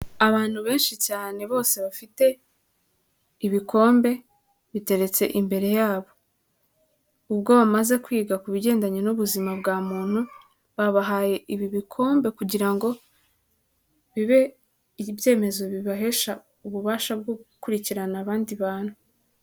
Abantu benshi cyane bose bafite ibikombe biteretse imbere yabo, ubwo bamaze kwiga ku bigendanye n'ubuzima bwa muntu babahaye ibi bikombe kugira ngo bibe ibyemezo bibahesha ububasha bwo gukurikirana abandi bantu.